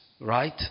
Right